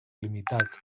limitat